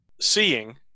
seeing